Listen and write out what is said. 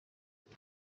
who